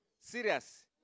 Serious